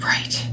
Right